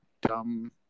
dumb